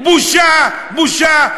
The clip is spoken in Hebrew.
בושה, בושה.